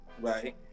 right